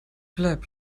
bleib